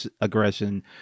aggression